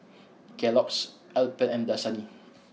Kellogg's Alpen and Dasani